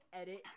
edit